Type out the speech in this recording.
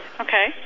Okay